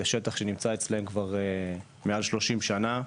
השטח שנמצא אצלם כבר מעל 30 שנה.